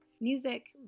Music